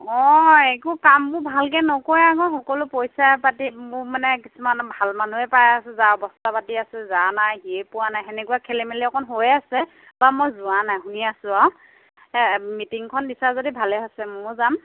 অঁ একো কামবোৰ ভালকৈ নকৰে আকৌ সকলো পইছা পাতিবোৰ মানে কিছুমান ভাল মানুহে পাই আছে যাৰ অৱস্থা পাতি আছে যাৰ নাই সিয়ে পোৱা নাই সেনেকুৱা খেলিমেলি অকণ হৈ আছে বা মই যোৱা নাই শুনি আছো আৰু সেয়া মিটিঙখন দিছা যদি ভালে হৈছে মইও যাম